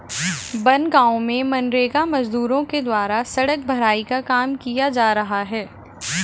बनगाँव में मनरेगा मजदूरों के द्वारा सड़क भराई का काम किया जा रहा है